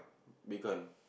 bitcoin